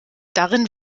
darin